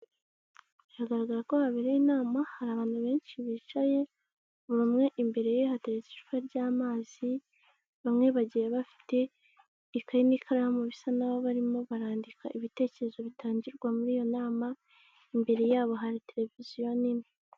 Biragaragara ko habereye inama, hari abantu benshi bicaye. Buri umwe imbere ye hateretse icupa ry'amazi, bamwe bagiye bafite ikayi n'ikaramu bisa naho barimo barandika ibitekerezo bitangirwa muri iyo nama. Imbere yabo hari televiziyo nini.